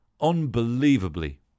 unbelievably